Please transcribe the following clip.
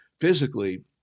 physically